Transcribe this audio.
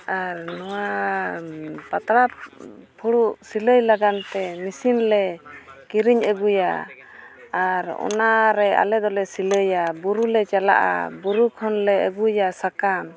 ᱟᱨ ᱱᱚᱣᱟ ᱯᱟᱛᱲᱟ ᱯᱷᱩᱲᱩᱜ ᱥᱤᱞᱟᱹᱭ ᱞᱟᱹᱜᱤᱫ ᱛᱮ ᱢᱮᱹᱥᱤᱱ ᱞᱮ ᱠᱤᱨᱤᱧ ᱟᱹᱜᱩᱭᱟ ᱟᱨ ᱚᱱᱟᱨᱮ ᱟᱞᱮ ᱫᱚᱞᱮ ᱥᱤᱞᱟᱹᱭᱟ ᱵᱩᱨᱩ ᱞᱮ ᱪᱟᱞᱟᱜᱼᱟ ᱵᱩᱨᱩ ᱠᱷᱚᱱᱞᱮ ᱟᱹᱜᱩᱭᱟ ᱥᱟᱠᱟᱢ